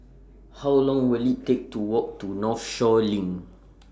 How Long Will IT Take to Walk to Northshore LINK